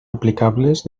aplicables